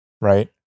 right